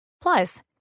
Plus